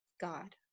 God